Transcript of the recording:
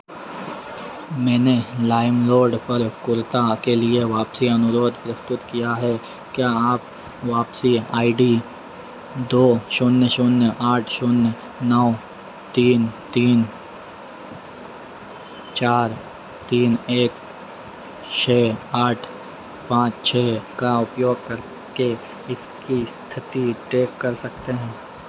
मैंने लाइमरोड पर कुर्ता के लिए वापसी अनुरोध प्रस्तुत किया है क्या आप वापसी आई डी दो शून्य शून्य आठ शून्य नौ तीन तीन चार तीन एक छः आठ पाँच छः का उपयोग करके इसकी स्थिति ट्रैक कर सकते हैं